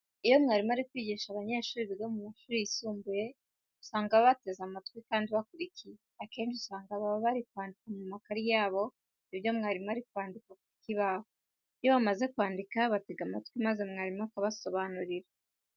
Iyo umwarimu ari kwigisha abanyeshuri biga mu mashuri yisumbuye, usanga baba bateze amatwi kandi bakurikiye. Akenshi usanga baba bari kwandika mu makayi yabo ibyo mwarimu ari kwandika ku kibaho. Iyo bamaze kwandika batega amatwi maze mwarimu akabasobanurira.